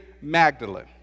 Magdalene